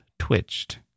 twitched